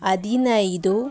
ಹದಿನೈದು